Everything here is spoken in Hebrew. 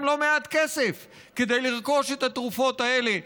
לא מעט כסף כדי לרכוש את התרופות האלה,